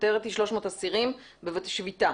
הכותרת היא 300 אסירים, שביתה.